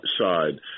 side